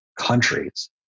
countries